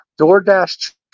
DoorDash